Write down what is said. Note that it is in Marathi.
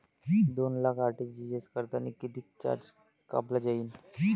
दोन लाख आर.टी.जी.एस करतांनी कितीक चार्ज कापला जाईन?